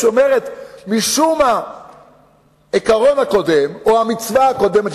אומרת שמשום העיקרון הקודם או המצווה הקודמת,